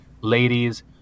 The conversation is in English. ladies